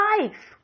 life